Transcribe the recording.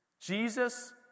Jesus